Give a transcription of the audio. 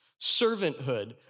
servanthood